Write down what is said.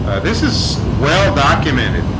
this is well documented